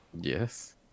Yes